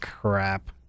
crap